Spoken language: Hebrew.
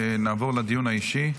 נעבור לדיון האישי.